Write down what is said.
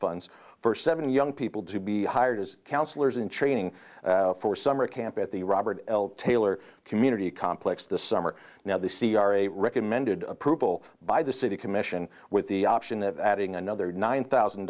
funds for seven young people to be hired as counselors in training for summer camp at the robert taylor community complex the summer now the c r a recommended approval by the city commission with the option of adding another nine thousand